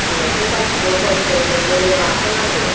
आंनावथ' गासैबो हलसेल मोनजोबो माखौ नांगौ